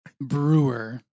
Brewer